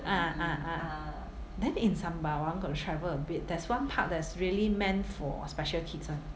ah ah ah then in sembawang got to travel a bit there's one part that is really meant for special kids [one]